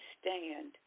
stand